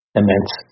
immense